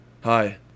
Hi